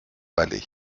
balai